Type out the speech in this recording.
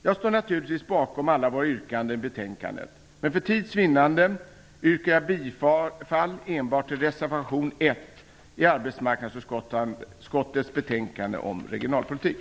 Jag står naturligtvis bakom alla våra yrkanden i betänkandet, men för tids vinnande yrkar jag bifall enbart till reservation 1 till arbetsmarknadsutskottets betänkande om regionalpolitik.